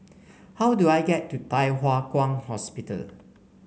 how do I get to Thye Hua Kwan Hospital